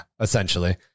essentially